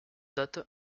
date